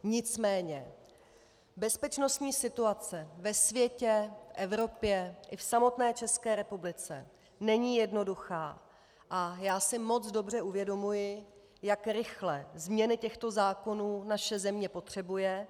Nicméně bezpečnostní situace ve světě, v Evropě i v samotné České republice není jednoduchá a já si moc dobře uvědomuji, jak rychle změny těchto zákonů naše země potřebuje.